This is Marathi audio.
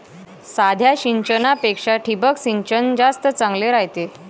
साध्या सिंचनापेक्षा ठिबक सिंचन जास्त चांगले रायते